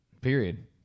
period